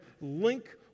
link